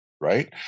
Right